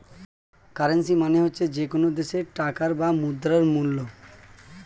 currency মানে হচ্ছে যে কোনো দেশের টাকার বা মুদ্রার মূল্য